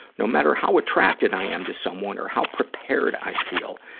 no matter how attracted i am to someone or how prepared i feel,